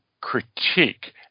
critique